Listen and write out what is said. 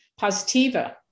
Positiva